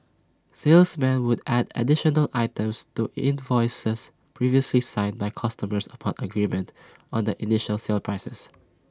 salesmen would add additional items to invoices previously signed by customers upon agreement on the initial sale prices